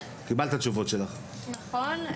נכון.